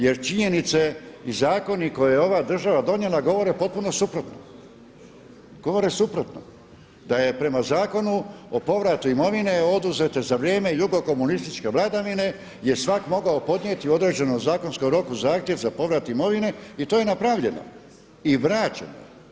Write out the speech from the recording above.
Jer činjenica je i zakoni koje je ova država donijela govore potpuno suprotno, govore suprotno, da je prema Zakonu o povratu imovine oduzete za vrijeme jugo-komunističke vladavine je svak' mogao podnijeti određeno u zakonskom roku zahtjev za povrat imovine i to je napravljeno i vraćeno.